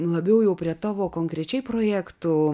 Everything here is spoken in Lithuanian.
labiau jau prie tavo konkrečiai projektų